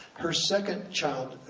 her second child,